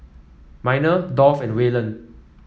Miner Dolph and Wayland